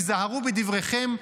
היזהרו בדבריכם,